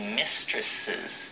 mistresses